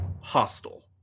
hostile